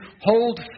hold